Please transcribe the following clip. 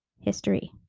history